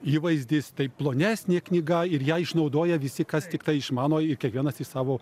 įvaizdis tai plonesnė knyga ir ją išnaudoja visi kas tiktai išmano jį kiekvienas į savo